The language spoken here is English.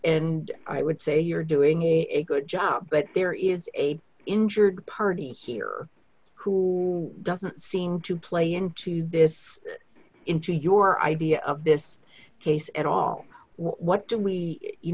and i would say you're doing a good job but there is a injured party here who doesn't seem to play into this into your idea of this case at all what do